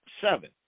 seven